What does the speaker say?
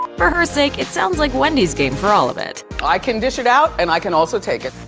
for her sake, it sounds like wendy's game for all of it. i can dish it out, and i can also take it.